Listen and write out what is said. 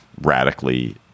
radically